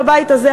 בבית הזה,